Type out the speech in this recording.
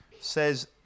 says